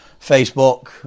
Facebook